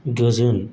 गोजोन